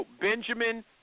Benjamin